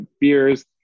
beers